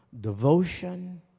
devotion